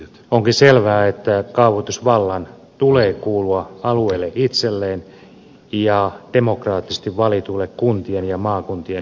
onkin selvää että kaavoitusvallan tulee kuulua alueelle itselleen ja demokraattisesti valituille kuntien ja maakuntien luottamushenkilöille